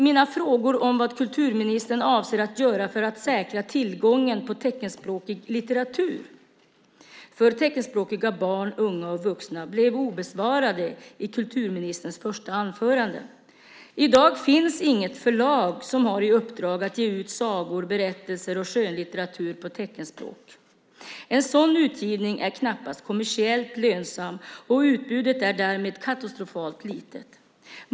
Mina frågor om vad kulturministern avser att göra för att säkra tillgången till teckenspråkig litteratur för teckenspråkiga barn, unga och vuxna blev obesvarade i kulturministerns första inlägg. I dag finns det inget förlag som har i uppdrag att ge ut sagor, berättelser och skönlitteratur på teckenspråk. En sådan utgivning är knappast kommersiellt lönsam. Utbudet är därmed katastrofalt litet.